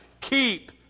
keep